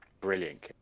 Brilliant